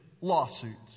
lawsuits